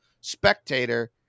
spectator